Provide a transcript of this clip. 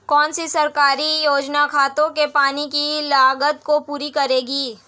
कौन सी सरकारी योजना खेतों के पानी की लागत को पूरा करेगी?